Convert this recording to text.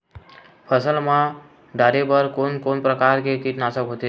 फसल मा डारेबर कोन कौन प्रकार के कीटनाशक होथे?